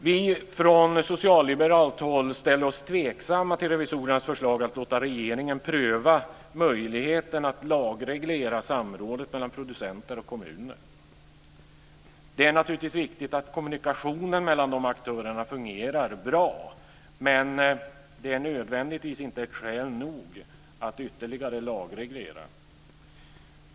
Vi från socialliberalt håll ställer oss tveksamma till revisorernas förslag att låta regeringen pröva möjligheten att lagreglera samrådet mellan producenter och kommuner. Det är naturligtvis viktigt att kommunikationen mellan de aktörerna fungerar bra, men det är inte skäl nog att ytterligare lagreglera.